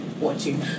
watching